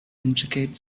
intricate